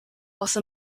also